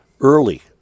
early